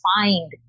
find